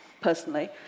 personally